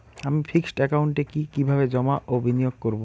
আমি ফিক্সড একাউন্টে কি কিভাবে জমা ও বিনিয়োগ করব?